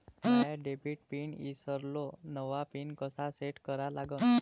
माया debit PIN ईसरलो, नवा PIN कसा सेट करा लागन?